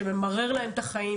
שממרר להם את החיים,